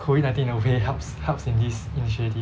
COVID nineteen in a way helps helps in this initiative